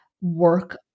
work